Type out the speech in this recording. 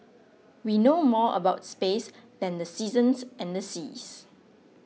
we know more about space than the seasons and the seas